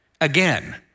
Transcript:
again